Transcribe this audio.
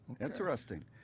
Interesting